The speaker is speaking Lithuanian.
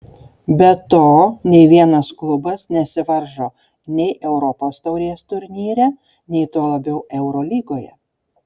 be to nei vienas klubas nesivaržo nei europos taurės turnyre nei tuo labiau eurolygoje